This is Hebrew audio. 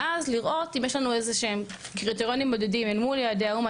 ואז לראות אם יש לנו איזה שהם קריטריונים בודדים אל מול יעדי האו"ם.